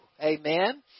amen